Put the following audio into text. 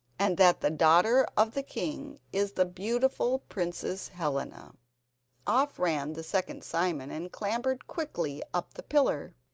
and that the daughter of the king is the beautiful princess helena off ran the second simon and clambered quickly up the pillar.